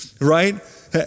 right